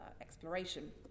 exploration